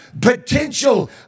potential